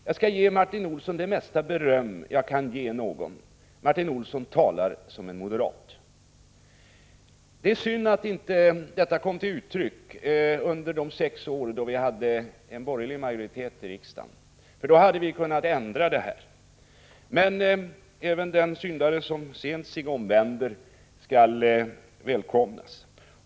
Jag skall ge Martin Olsson det bästa beröm jag kan ge någon: Martin Olsson talar som en moderat. Det är synd att hans synpunkter inte kom till uttryck under de sex år vi hade en borgerlig majoritet i riksdagen. Då hade vi kunnat ändra dessa förhållanden. Men även den syndare som sent sig omvänder skall välkomnas.